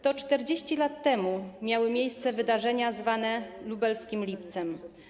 To 40 lat temu miały miejsce wydarzenia zwane Lubelskim Lipcem.